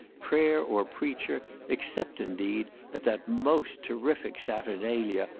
prayer or preacher except, indeed, at that most terrific saturnalia,